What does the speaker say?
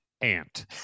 ant